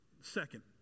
Second